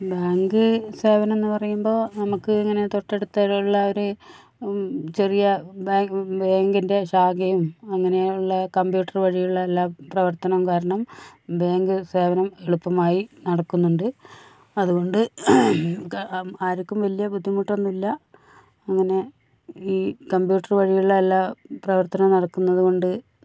banking സേവനം എന്നു പറയുമ്പോൾ നമുക്ക് ഇങ്ങനെ തൊട്ടടുത്ത് വരെയുള്ള ഒരു ചെറിയ ബാങ്കിൽ ബാങ്കിന്റെ ശാഖയും അങ്ങനെയുള്ള കമ്പ്യൂട്ടർ വഴിയുള്ള എല്ലാ പ്രവർത്തനം കാരണം ബാങ്ക് സേവനം എളുപ്പമായി നടക്കുന്നുണ്ട് അതുകൊണ്ട് ആർക്കും വലിയ ബുട്ടിമുട്ടൊന്നുമില്ല അങ്ങനെ ഈ കമ്പ്യൂട്ടർ വഴിയുള്ള എല്ലാ പ്രവർത്തനം നടക്കുന്നതുകൊണ്ട്